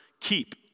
keep